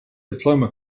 diploma